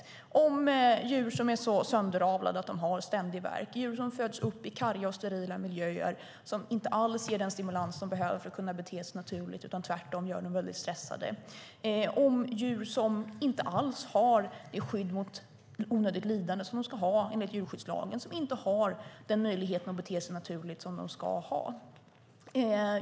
Han talade om djur som är så sönderavlade att de har ständig värk, djur som föds upp i karga och sterila miljöer som inte alls ger den stimulans som de behöver för att kunna bete sig naturligt utan tvärtom gör dem stressade, djur som inte har det skydd mot onödigt lidande som de enligt djurskyddslagen ska ha, djur som inte har den möjlighet att bete sig naturligt som de ska ha.